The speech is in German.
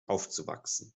aufzuwachsen